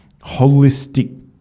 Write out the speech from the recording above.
holistic